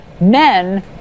men